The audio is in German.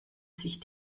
sich